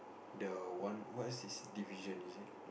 the one what is this division is it